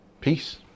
peace